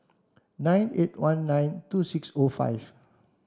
nine eight one nine two six O five